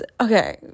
okay